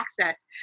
access